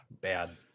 bad